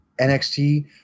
NXT